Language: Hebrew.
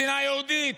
מדינה יהודית.